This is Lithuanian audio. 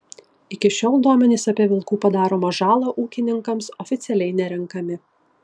iki šiol duomenys apie vilkų padaromą žalą ūkininkams oficialiai nerenkami